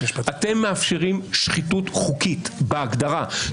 אתם מאפשרים שחיתות חוקית בהגדרה,